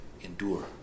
endure